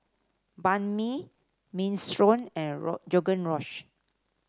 Banh Mi Minestrone and